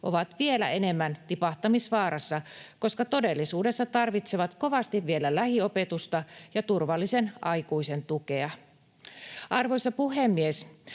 ovat vielä enemmän tipahtamisvaarassa, koska todellisuudessa tarvitsevat vielä kovasti lähiopetusta ja turvallisen aikuisen tukea. Arvoisa puhemies!